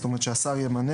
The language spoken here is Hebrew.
זאת אומרת, שהשר ימנה.